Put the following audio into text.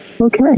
Okay